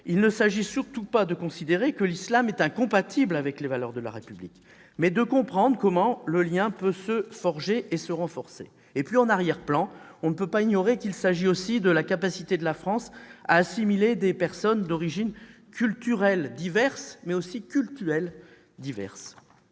Il ne s'agit surtout pas de considérer que l'islam est incompatible avec les valeurs de la République. Nous devons essayer de comprendre comment le lien peut se forger et se renforcer. Et en arrière-plan, on ne peut pas ignorer qu'il s'agit aussi de s'interroger sur la capacité de la France à assimiler des personnes d'origines culturelles et cultuelles diverses.